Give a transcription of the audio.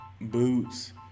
boots